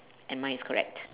and mine is correct